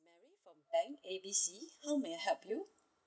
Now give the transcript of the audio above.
bank A B C how may I help you